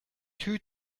two